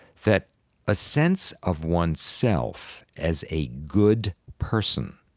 that a sense of oneself as a good person